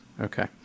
Okay